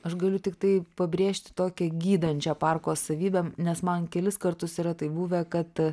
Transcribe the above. aš galiu tiktai pabrėžti tokią gydančią parko savybę nes man kelis kartus yra taip buvę kad